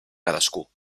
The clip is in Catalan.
cadascú